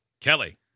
Kelly